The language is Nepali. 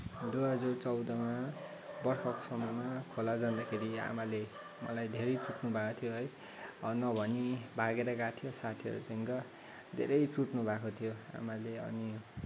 दुई हजार चौधमा वर्षाको समयमा खोला जाँदाखेरि आमाले मलाई धेरै चुट्नुभएको थियो है नभनी भागेर गएको थिएँ साथीहरूसँग धेरै चुट्नुभएको थियो आमाले अनि